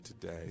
today